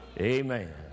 Amen